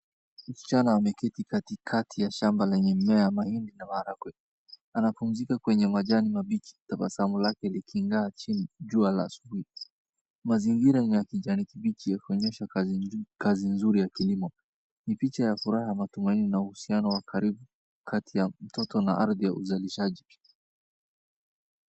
Msichana ameketi katikati ya shamba lenye mimea ya mahindi na maharagwe. Anapumzika kwenye majani mabichi, tabasamu lake liking'aa chini jua la asubuhi. Mazingira ni ya kijani kibichi ya kuonyesha kazi nzuri ya kilimo. Ni picha ya furaha, matumaini na uhusiano wa karibu kati ya mtoto na ardhi ya uzalishaji.